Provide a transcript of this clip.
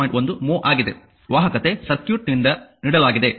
1 mho ಆಗಿದೆ ವಾಹಕತೆ ಸರ್ಕ್ಯೂಟ್ನಿಂದ ನೀಡಲಾಗಿದೆ ಸರಿ